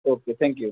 okay thank you